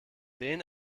denen